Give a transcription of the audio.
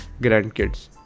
Grandkids